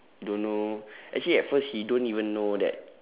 don't know actually at first he don't even know that